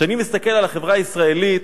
כשאני מסתכל על החברה הישראלית,